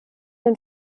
den